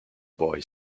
boy